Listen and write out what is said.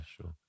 sure